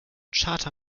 charter